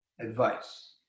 advice